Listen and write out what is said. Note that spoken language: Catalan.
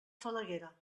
falaguera